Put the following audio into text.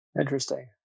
Interesting